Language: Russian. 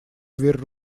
дверь